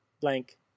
blank